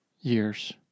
years